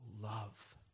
love